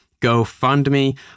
GoFundMe